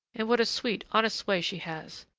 and what a sweet, honest way she has!